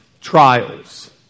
trials